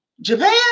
Japan